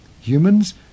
Humans